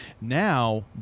now